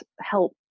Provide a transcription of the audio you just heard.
help